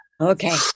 Okay